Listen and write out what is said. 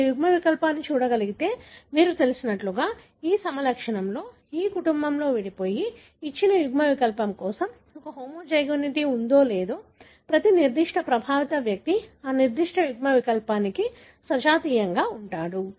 మీరు ఈ యుగ్మవికల్పాన్ని చూడగలిగితే మీకు తెలిసినట్లుగా ఈ సమలక్షణంలో ఈ కుటుంబంలో విడిపోయి ఇచ్చిన యుగ్మవికల్పం కోసం ఒక హోమోజైగోసిటీ ఉందో లేదో ప్రతి నిర్దిష్ట ప్రభావిత వ్యక్తి ఆ నిర్దిష్ట యుగ్మవికల్పానికి సజాతీయంగా ఉంటాడు